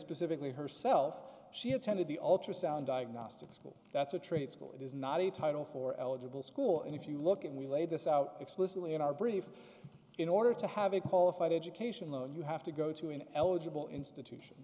specifically herself she attended the ultrasound diagnostic school that's a trade school it is not a title for eligible school and if you look and we lay this out explicitly in our brief in order to have a qualified education loan you have to go to an eligible institution